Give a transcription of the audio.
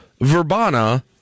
Verbana